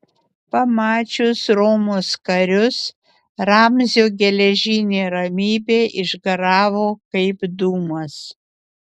pamačius romos karius ramzio geležinė ramybė išgaravo kaip dūmas